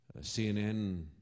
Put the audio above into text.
CNN